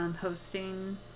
hosting